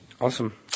Awesome